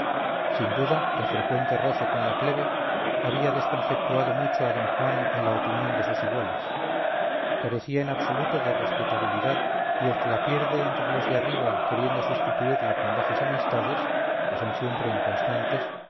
sin duda el frecuente roce con la plebe había desconceptuadomucho a d juan en la opinión de sus iguales carecía en absoluto de respetabilidad y el que la pierde entre los de arriba queriendo sustituirla con bajas amistades que son siempre inconstantes